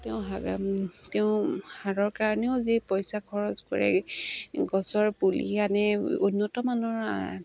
তেওঁ সাৰৰ কাৰণেও যি পইচা খৰচ কৰে গছৰ পুলি আনে উন্নতমানৰ